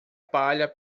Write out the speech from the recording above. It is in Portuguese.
palha